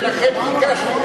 ולכן ביקשתי,